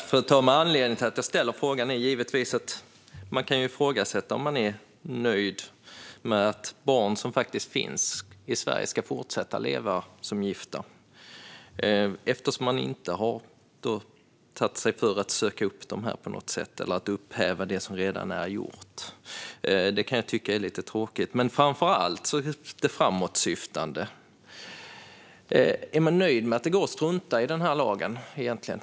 Fru talman! Anledningen till att jag ställer frågan är givetvis att det kan ifrågasättas om man är nöjd med att barn som faktiskt finns i Sverige ska fortsätta leva som gifta, eftersom man inte har försökt söka upp dessa barn på något sätt eller upphäva det som redan är gjort. Det kan jag tycka är lite tråkigt. Men framför allt är detta framåtsyftande. Är man nöjd med att det går att strunta i denna lag?